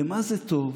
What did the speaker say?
למה זה טוב?